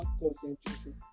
concentration